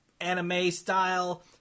anime-style